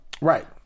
right